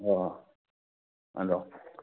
অঁ